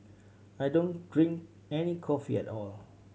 I don't drink any coffee at all